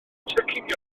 cinio